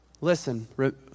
Listen